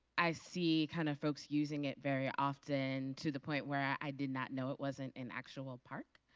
i see kind of folks using it very often to the point where i did not know it wasn't an actual park.